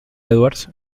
edwards